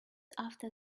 after